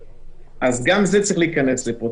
גם זה צריך להיכנס לפה.